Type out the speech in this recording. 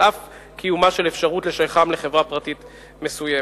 על אף קיומה של אפשרות לשייכם לחברה פרטית מסוימת.